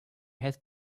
had